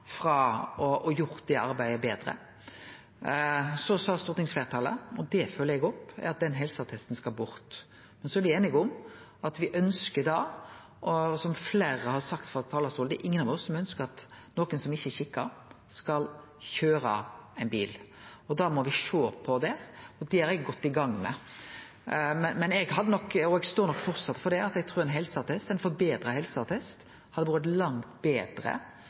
frå å gjere det arbeidet betre. Så sa stortingsfleirtalet at den helseattesten skal bort, og det følgjer eg opp. Som fleire har sagt frå denne talarstolen, er det ingen som ønskjer at nokon som ikkje er skikka, skal køyre ein bil. Da må vi sjå på dette. Det er eg godt i gang med. Men eg står nok framleis for at eg trur at ein forbetra helseattest hadde vore ei langt betre